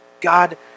God